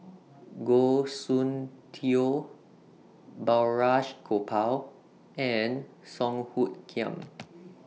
Goh Soon Tioe Balraj Gopal and Song Hoot Kiam